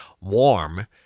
warm